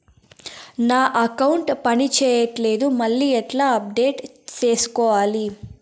నా అకౌంట్ పని చేయట్లేదు మళ్ళీ ఎట్లా అప్డేట్ సేసుకోవాలి?